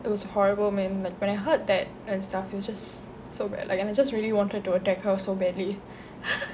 it was horrible man like when I heard that that stuff it was just it was so bad like I just wanted to attack her so badly